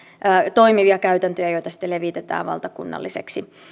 toimivia käytäntöjä joita sitten levitetään valtakunnallisiksi